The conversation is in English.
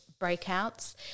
breakouts